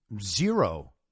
zero